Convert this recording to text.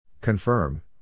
Confirm